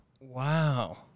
Wow